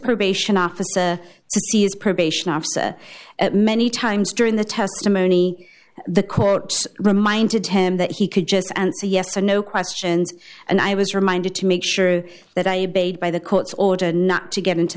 probation officer sees probation officer many times during the testimony the court reminded him that he could just answer yes or no questions and i was reminded to make sure that i bade by the court's order not to get into